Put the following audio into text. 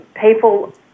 people